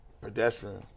Pedestrian